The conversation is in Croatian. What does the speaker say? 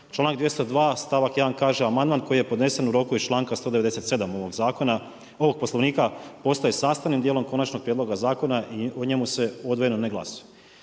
Članak 202. stavak 1. kaže: „Amandman koji je podnesen u roku iz članka 197. ovog Poslovnika postaje sastavnim dijelom Konačnog prijedloga Zakona i o njemu se odvojeno ne glasuje.“.